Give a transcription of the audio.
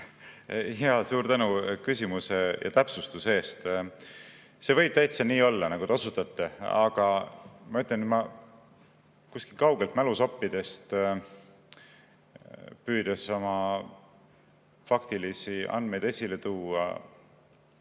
aja. Suur tänu küsimuse ja täpsustuse eest! See võib täitsa nii olla, nagu te osutasite. Aga ma ütlen, ma kuskilt kaugelt mälusoppidest, püüdes oma faktilisi andmeid esile tuua,